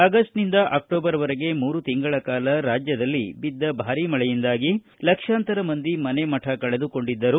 ಆಗಸ್ಟ್ನಿಂದ ಅಕ್ಟೋಬರ್ವರೆಗೆ ಮೂರು ತಿಂಗಳ ಕಾಲ ರಾಜ್ಯದಲ್ಲಿ ಬಿದ್ದ ಭಾರೀ ಮಳೆಯಿಂದಾಗಿ ಲಕ್ಷಾಂತರ ಮಂದಿ ಮನೆ ಮಠ ಕಳೆದುಕೊಂಡಿದ್ದರು